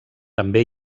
també